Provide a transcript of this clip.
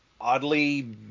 oddly